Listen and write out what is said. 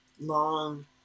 long